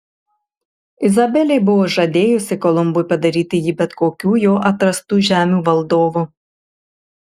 izabelė buvo žadėjusi kolumbui padaryti jį bet kokių jo atrastų žemių valdovu